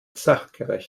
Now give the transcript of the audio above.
sachgerecht